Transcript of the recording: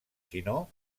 sinó